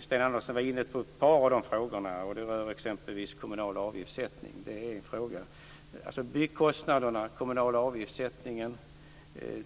Sten Andersson var inne på ett par av de frågorna. Det rör exempelvis byggkostnaderna, den kommunala avgiftssättningen,